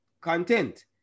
content